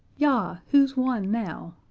yah who's won now?